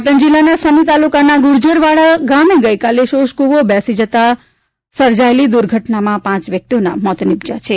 પાટણ જિલ્લાના સમી તાલુકાના ગુર્જરવાડા ગામે ગઇકાલે શોષકુવો બેસી જતા સર્જાયેલી દૂર્ઘટનામાં પાંચ વ્યક્તિઓના મોત નિપજ્યા છે